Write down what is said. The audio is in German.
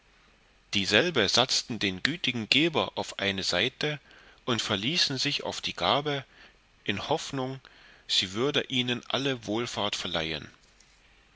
dieselbe satzten den gütigen geber auf eine seite und verließen sich auf die gabe in hoffnung sie würde ihnen alle wohlfahrt verleihen